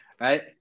right